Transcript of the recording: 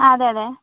ആ അതെ അതെ